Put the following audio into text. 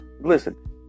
Listen